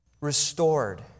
restored